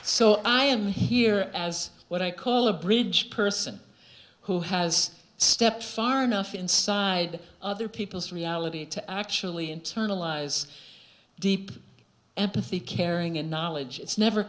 so i am here as what i call a bridge person who has stepped far enough inside other people's reality to actually internalize deep empathy caring and knowledge it's never